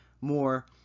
more